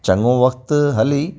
चङो वक़्तु हली